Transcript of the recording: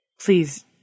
Please